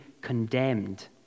condemned